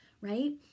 right